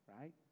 right